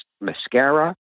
mascara